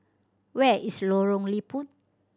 where is Lorong Liput